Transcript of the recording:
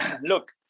look